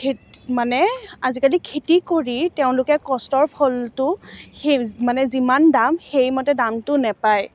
খেত মানে আজিকালি খেতি কৰি তেওঁলোকে কষ্টৰ ফলটো সেই মানে যিমান দাম সেইমতে দামটো নেপায়